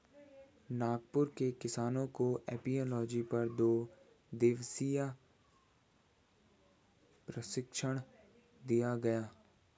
नागपुर के किसानों को एपियोलॉजी पर दो दिवसीय प्रशिक्षण दिया गया